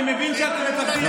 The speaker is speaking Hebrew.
זה בניגוד לדמוקרטיה.